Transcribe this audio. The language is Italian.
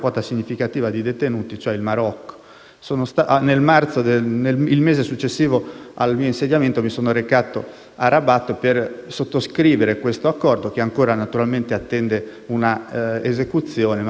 Il mese successivo al mio insediamento mi sono recato a Rabat per sottoscrivere questo accordo, che ancora naturalmente attende un'esecuzione ma che è il presupposto per questo tipo di attività.